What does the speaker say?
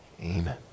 Amen